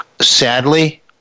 sadly